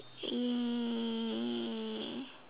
he